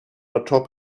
atop